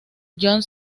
john